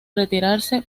retirarse